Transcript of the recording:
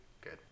Good